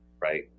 right